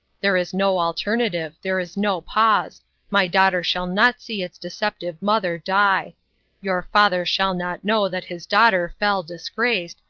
there is no alternative, there is no pause my daughter shall not see its deceptive mother die your father shall not know that his daughter fell disgraced,